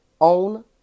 own